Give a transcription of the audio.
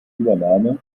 übernahme